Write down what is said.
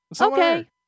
Okay